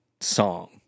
song